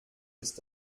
ist